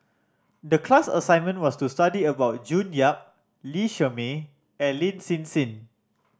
the class assignment was to study about June Yap Lee Shermay and Lin Hsin Hsin